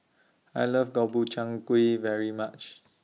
I like Gobchang Gui very much